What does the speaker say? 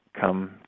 come